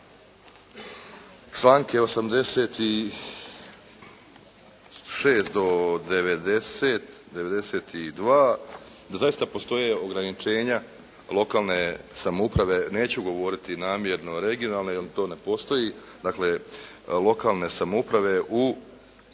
članke 86. do 92. da zaista postoje ograničenja lokalne samouprave, neću govoriti namjerno regionalne jer to ne postoji, dakle lokalne samouprave u